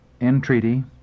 entreaty